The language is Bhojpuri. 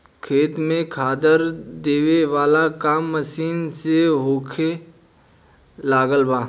खेत में खादर देबे वाला काम मशीन से होखे लागल बा